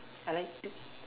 I like t~